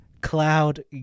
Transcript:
cloud